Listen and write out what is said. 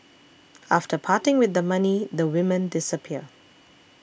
after parting with the money the women disappear